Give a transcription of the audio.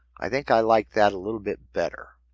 i think i like that a little bit better.